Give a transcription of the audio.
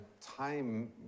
time